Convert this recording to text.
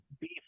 beef